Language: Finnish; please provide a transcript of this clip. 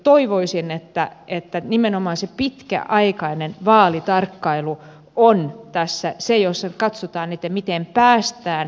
toivoisin että nimenomaan se pitkäaikainen vaalitarkkailu on tässä se jossa sitten katsotaan miten päästään esimerkiksi tiedotusvälineisiin